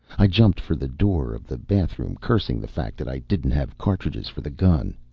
i jumped for the door of the bathroom, cursing the fact that i didn't have cartridges for the gun.